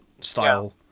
style